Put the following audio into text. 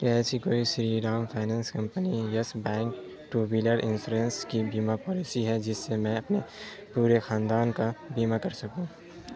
کیا ایسی کوئی Shri Ram finance company Yes bank two wheeler insurance کی بیمہ پالیسی ہے جس سے میں اپنے پورے خاندان کا بیمہ کر سکوں